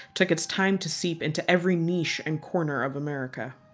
took its time to seep into every niche and corner of america.